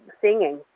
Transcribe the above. singing